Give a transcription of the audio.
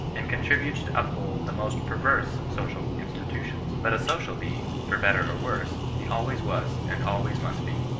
and con tributes to uphold the most perverse social institutions. but a social being, for better or worse, he always was, and always must be.